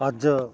ਅੱਜ